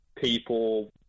people